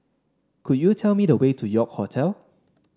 could you tell me the way to York Hotel